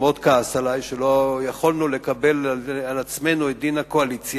הוא מאוד כעס עלי שלא יכולנו לקבל על עצמנו את דין הקואליציה,